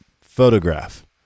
photograph